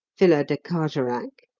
villa de carjorac?